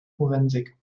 forensik